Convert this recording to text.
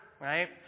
right